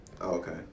Okay